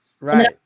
Right